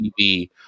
TV